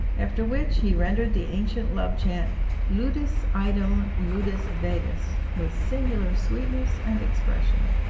after which he rendered the ancient love chant ludus idem, ludus vetus with singular sweetness and expression.